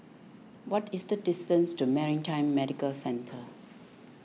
what is the distance to Maritime Medical Centre